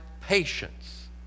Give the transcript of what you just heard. patience